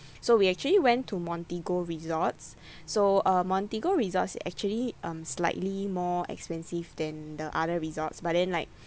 so we actually went to Montigo resorts so uh Montigo resorts is actually um slightly more expensive than the other resorts but then like